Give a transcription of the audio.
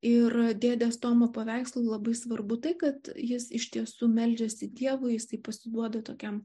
ir dėdės tomo paveikslui labai svarbu tai kad jis iš tiesų meldžiasi dievui jisai pasiduoda tokiam